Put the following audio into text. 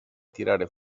tirare